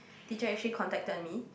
teacher actually contacted me